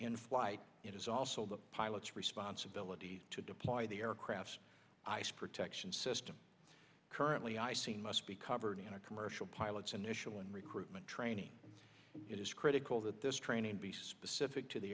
in flight it is also the pilot's responsibility to deploy the aircraft's ice protection system currently i c must be covered in a commercial pilot's initial and recruitment training it is critical that this training be specific to the